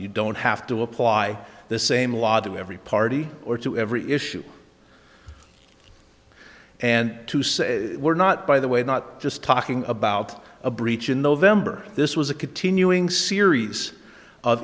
you don't have to apply the same law to every party or to every issue and to say we're not by the way not just talking about a breach in the event or this was a continuing series of